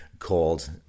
called